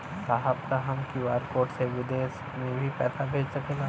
साहब का हम क्यू.आर कोड से बिदेश में भी पैसा भेज सकेला?